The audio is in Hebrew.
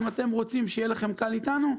אם אתם רוצים שיהיה לכם קל איתנו,